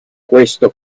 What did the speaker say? questo